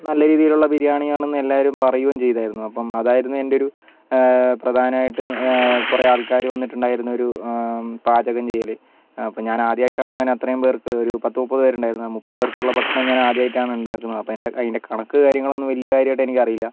നല്ല രീതിയിലുള്ള ബിരിയാണിയാണെന്നു എല്ലാവരും പറയോം ചെയ്തായിരുന്നു അപ്പം അതായിരുന്നു എൻ്റെയൊരു പ്രധാനായിട്ടും കുറെ ആൾക്കാർ വന്നിട്ടുണ്ടായിരുന്നൊരു പാചകം ചെയ്യൽ അപ്പം ഞാനാദ്യമായിട്ടാണ് അങ്ങനെ അത്രേം പേർക്ക് ഒരു പത്തു മുപ്പത് പേരുണ്ടായിരുന്നു മുപ്പത് പേർക്കുള്ള ഭക്ഷണം ഞാനാദ്യമായിട്ടാണ് ഉണ്ടാക്കുന്നത് അപ്പം അതിൻ്റെ കണക്ക് കാര്യങ്ങളൊന്നും വലിയ കാര്യമായിട്ട് എനിക്കറിയില്ല